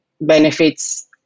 benefits